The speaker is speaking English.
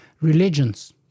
Religions